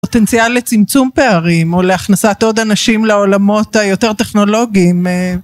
פוטנציאל לצמצום פערים או להכנסת עוד אנשים לעולמות היותר טכנולוגיים.